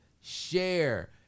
share